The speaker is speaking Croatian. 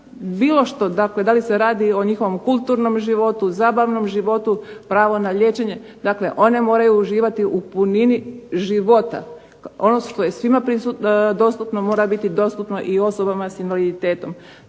bilo što, dakle da li se radi o njihovom kulturnom životu, zabavnom životu, pravo na liječenje. Dakle one moraju uživati u punini života. Ono koje je svima dostupno mora biti dostupno i osobama s invaliditetom.